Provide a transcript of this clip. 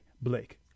Blake